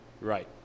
Right